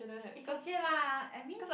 it's okay lah I mean